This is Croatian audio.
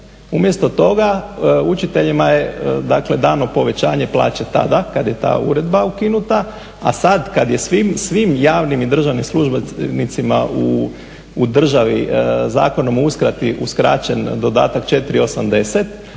Umjesto toga učiteljima je dano povećanje plaće tada kada je ta uredba ukinuta, a sada kada je svim javnim i državnim službenicima u državi Zakonom o uskrati uskraćen dodatak 4,80